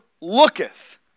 looketh